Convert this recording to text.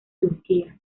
turquía